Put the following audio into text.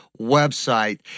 website